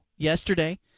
Yesterday